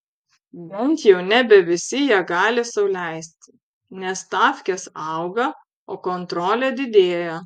bent jau nebe visi ją gali sau leisti nes stavkės auga o kontrolė didėja